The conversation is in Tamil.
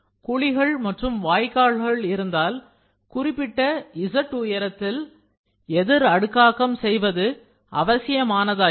குழிகள் மற்றும் வாய்க்கால்கள் இருந்தால் குறிப்பிட்ட Z உயரத்தில் எதிர் அடுக்காகம் செய்வது அவசியமானதாகிறது